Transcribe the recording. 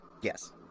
yes